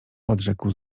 odrzekł